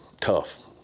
tough